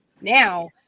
now